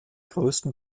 größten